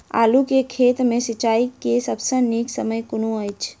आलु केँ खेत मे सिंचाई केँ सबसँ नीक समय कुन अछि?